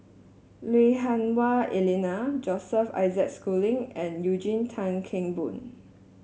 Lui Hah Wah Elena Joseph Isaac Schooling and Eugene Tan Kheng Boon